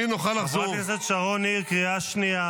הם עזרו לנו גם במשלוחי נשק בהתחלה.